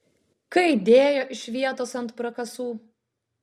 kai dėjo iš vietos ant prakasų